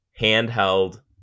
handheld